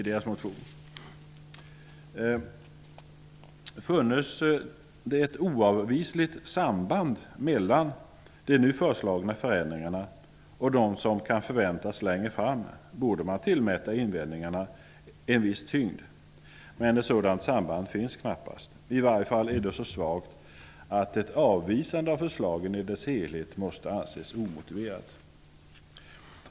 Funnes det ett oavvisligt samband mellan de nu föreslagna förändringarna och dem som kan förväntas längre fram, borde man tillmäta invändningarna en viss tyngd. Men ett sådant samband finns knappast, i varje fall är det så svagt att ett avvisande av förslaget i dess helhet måste anses omotiverat.